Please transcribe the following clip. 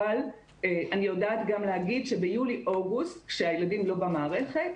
אבל אני יודעת גם להגיד שביולי אוגוסט כשהילדים לא במערכת,